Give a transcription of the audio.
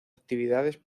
actividades